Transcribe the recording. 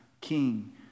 king